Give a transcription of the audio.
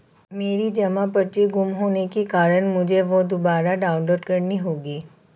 मेरी जमा पर्ची गुम होने के कारण मुझे वह दुबारा डाउनलोड करनी होगी